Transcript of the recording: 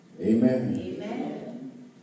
Amen